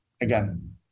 again